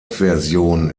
version